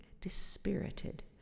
dispirited